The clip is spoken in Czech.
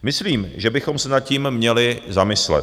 Myslím, že bychom se nad tím měli zamyslet.